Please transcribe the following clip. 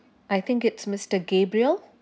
I think it's mister gabriel